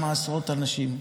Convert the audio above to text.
עם כמה עשרות אנשים: